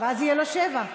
ואז יהיו לו שבע.